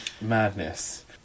Madness